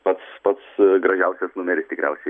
pats pats gražiausias numeris tikriausiai